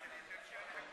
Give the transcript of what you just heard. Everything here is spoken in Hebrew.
סעיף 29 לשנת